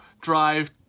drive